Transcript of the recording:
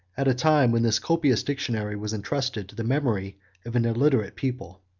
at a time when this copious dictionary was intrusted to the memory of an illiterate people.